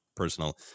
personal